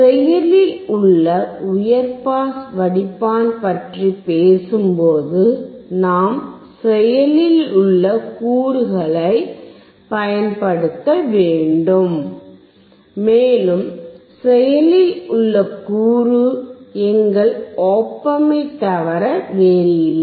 செயலில் உள்ள உயர் பாஸ் வடிப்பான் பற்றி பேசும்போது நாம் செயலில் உள்ள கூறுகளைப் பயன்படுத்த வேண்டும் மேலும் செயலில் உள்ள கூறு எங்கள் ஒப் ஆம்பைத் தவிர வேறில்லை